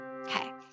Okay